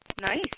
Nice